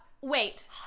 Wait